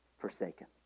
forsaken